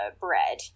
bread